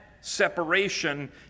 separation